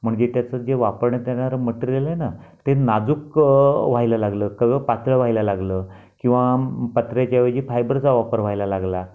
म्हणजे त्याचं जे वापरण्यात येणारं मटेरियल आहे ना ते नाजूक व्हायला लागलं कव पातळ व्हायला लागलं किंवा पत्र्याच्या ऐवजी फायबरचा वापर व्हायला लागला